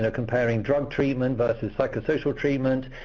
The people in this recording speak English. and comparing drug treatment versus psychosocial treatment?